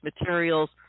materials